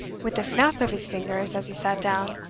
with a snap of his fingers as he sat down.